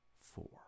four